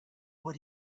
what